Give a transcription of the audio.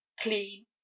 clean